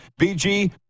BG